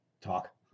talk